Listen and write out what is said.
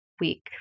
week